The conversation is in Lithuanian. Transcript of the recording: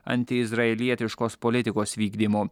antiizraelietiškos politikos vykdymu